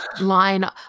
line